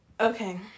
Okay